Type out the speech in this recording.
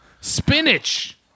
spinach